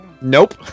Nope